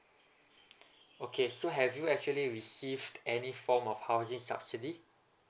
okay so have you actually received any form of housing subsidy